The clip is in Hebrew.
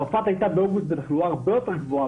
צרפת הייתה באוגוסט בתחלואה הרבה יותר גבוהה